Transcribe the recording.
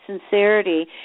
sincerity